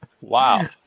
Wow